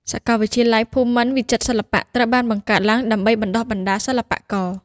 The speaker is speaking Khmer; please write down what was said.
សកលវិទ្យាល័យភូមិន្ទវិចិត្រសិល្បៈត្រូវបានបង្កើតឡើងដើម្បីបណ្តុះបណ្តាលសិល្បករ។